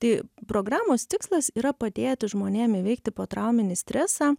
tai programos tikslas yra padėti žmonėm įveikti potrauminį stresą